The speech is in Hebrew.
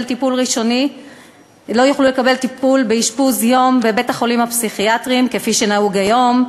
טיפול באשפוז יום בבתי-החולים הפסיכיאטריים כפי שנהוג היום,